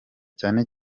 cyane